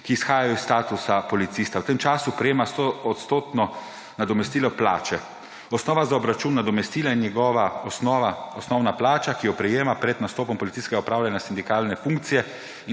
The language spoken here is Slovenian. ki izhajajo iz statusa policista. V tem času prejema 100-odstotno nadomestilo plače. Osnova za obračun nadomestila je njegova osnovna plača, ki jo prejema pred nastopom policijskega opravljanja sindikalne funkcije,